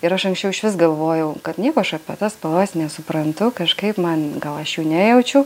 ir aš anksčiau išvis galvojau kad nieko aš apie tas spalvas nesuprantu kažkaip man gal aš jų nejaučiu